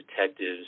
detectives